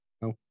No